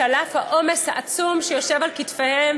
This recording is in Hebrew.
שעל אף העומס העצום שיושב על כתפיהם,